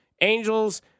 Angels